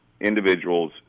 individuals